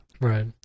Right